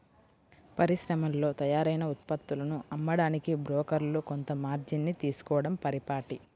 పరిశ్రమల్లో తయారైన ఉత్పత్తులను అమ్మడానికి బ్రోకర్లు కొంత మార్జిన్ ని తీసుకోడం పరిపాటి